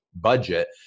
budget